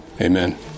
Amen